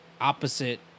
opposite